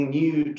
new